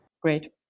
Great